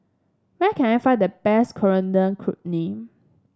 where can I find the best Coriander Chutney